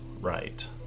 right